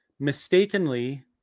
mistakenly